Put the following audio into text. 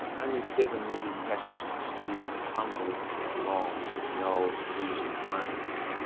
only seven million passengers a year trundled along in the old diesel trains.